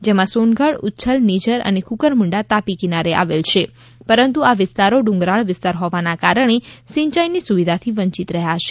જેમાં સોનગઢ ઉચ્છલ નિઝર અને કુકરમુન્ડા તાપી કિનારે આવેલ છે પરંતુ આ વિસ્તારો ડુંગરાળ વિસ્તાર હોવાના કારણે સિંચાઈની સુવિધાથી વંચિત રહ્યા છે